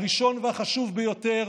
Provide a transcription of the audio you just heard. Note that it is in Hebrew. הראשון והחשוב ביותר,